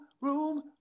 room